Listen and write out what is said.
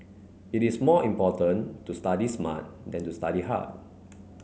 it is more important to study smart than to study hard